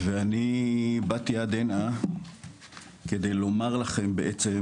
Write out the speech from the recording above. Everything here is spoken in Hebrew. ואני באתי עד הנה כדי לומר לכם בעצם,